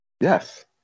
Yes